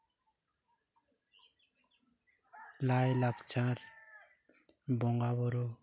ᱞᱟᱭᱼᱞᱟᱠᱪᱟᱨ ᱵᱚᱸᱜᱟ ᱵᱩᱨᱩ